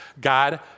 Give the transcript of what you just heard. God